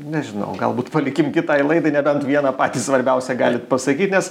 nežinau galbūt palikim kitai laidai nebent vieną patį svarbiausią galit pasakyt nes